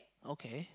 okay